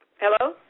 Hello